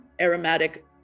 aromatic